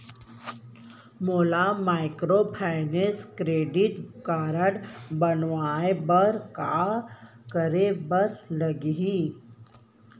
मोला माइक्रोफाइनेंस के credit card बनवाए बर का करे बर लागही?